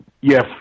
Yes